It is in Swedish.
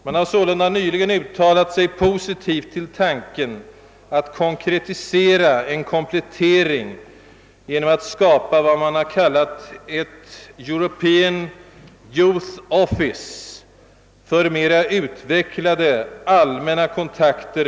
Man har sålunda nyligen uttalat sig klart positivt till tanken att konkretisera en komplettering genom att skapa vad man har kallat ett »European Youth Office».